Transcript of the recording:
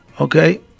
Okay